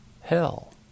hell